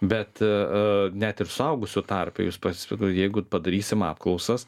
bet e net ir suaugusių tarpe jus pasi jeigu padarysim apklausas